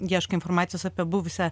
ieškai informacijos apie buvusią